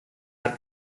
are